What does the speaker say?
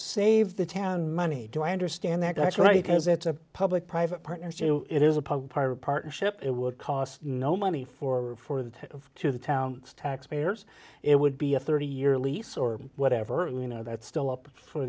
save the town money do i understand that that's right because it's a public private partnership it is a public park partnership it would cost no money for for that to the town taxpayers it would be a thirty year lease or whatever you know that's still up for